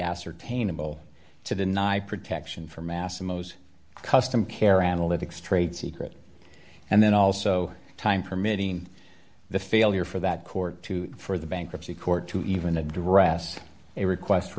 ascertainable to deny protection for massimo's custom care analytics trade secret and then also time permitting the failure for that court to for the bankruptcy court to even address a request